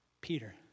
Peter